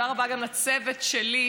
ותודה רבה גם לצוות שלי,